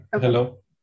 Hello